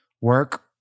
work